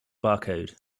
barcode